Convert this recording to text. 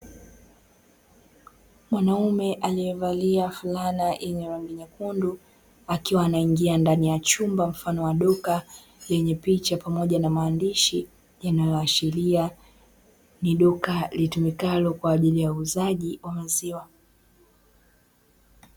Mwanaume aliyevalia fulana yenye rangi nyekundu, akiwa anaingia ndani ya chumba mfano wa duka; lenye picha pamoja na maandishi yanayoashiria ni duka litumikalo, kwa ajili ya uuzaji wa maziwa.